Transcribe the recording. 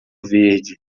verde